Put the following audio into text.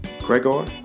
Gregor